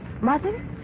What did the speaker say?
Mother